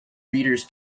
readers